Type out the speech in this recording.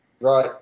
Right